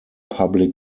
public